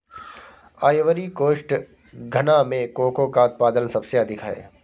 Ivory coast और घना में कोको का उत्पादन सबसे अधिक है